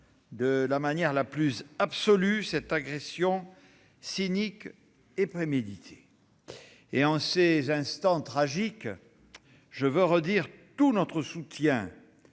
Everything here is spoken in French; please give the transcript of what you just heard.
de la manière la plus absolue cette agression cynique et préméditée. En ces instants tragiques, je veux redire tout notre soutien